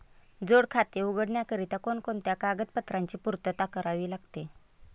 जोड खाते उघडण्याकरिता कोणकोणत्या कागदपत्रांची पूर्तता करावी लागते?